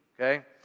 Okay